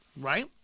right